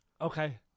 Okay